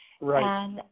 Right